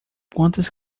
quantas